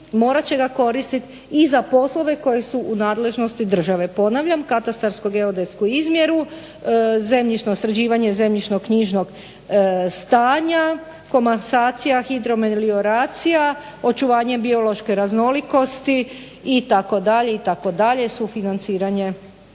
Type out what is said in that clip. morat će ga koristit i za poslove koji su u nadležnosti države. Ponavljam katastarsko-geodetsku izmjeru, zemljišno, sređivanje zemljišno-knjižnog stanja, komasacija, hidromelioracija, očuvanje biološke raznolikosti itd. itd. sufinanciranje